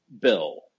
Bill